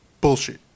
bullshit